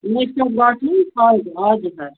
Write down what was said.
हजुर सर